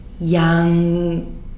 young